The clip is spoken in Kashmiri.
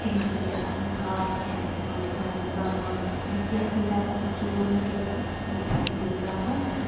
تِہٕنٛدۍ خٲطرٕ چھِ آسان خاص کینٛہہ احتِمام کَرُن کَوٚرمُت یۄس یَکھٕنۍ چھِ آسان تَتھ چھُ زومُت دۄد یہِ تراوان